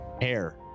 hair